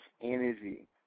energy